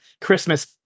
christmas